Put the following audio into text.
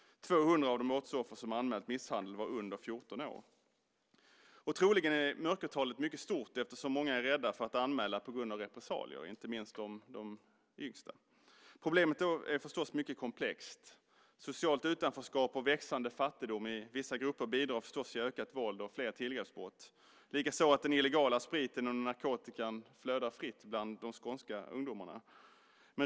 Tvåhundra av de brottsoffer som anmält misshandel var under 14 år. Troligen är mörkertalet mycket stort eftersom många är rädda för att anmäla på grund av repressalier, inte minst de yngsta. Problemet är förstås mycket komplext. Socialt utanförskap och växande fattigdom i vissa grupper bidrar till ökat våld och fler tillgreppsbrott, likaså att den illegala spriten och narkotikan flödar fritt bland de skånska ungdomarna.